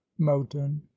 moton